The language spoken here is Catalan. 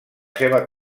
seva